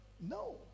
No